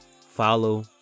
follow